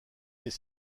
est